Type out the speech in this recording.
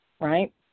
right